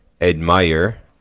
admire